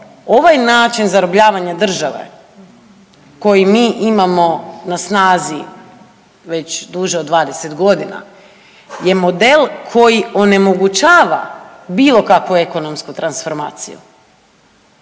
ovaj način zarobljavanja države koji mi imamo na snazi već duže od 20 godina je model koji onemogućava bilo kakvu ekonomsku transformaciju.